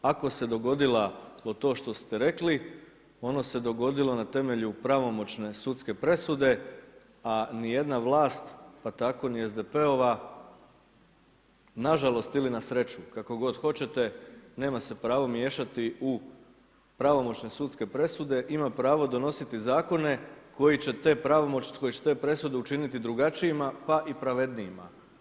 Ako se dogodilo to što ste rekli, ono se dogodilo na temelju pravomoćne sudske presude, a niti jedna vlast pa tako ni SDP-ova nažalost ili na sreću kako god hoćete nema se pravo miješati u pravomoćne sudske presude, ima pravo donositi zakone koji će te presude učiniti drugačijima pa i pravednijima.